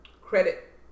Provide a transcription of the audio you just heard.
credit